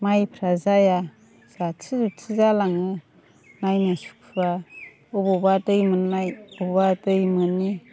माइफ्रा जाया जाथि जुथि जालाङो नायनो सुखुवा अबावबा दै मोननाय अबावबा दै मोनि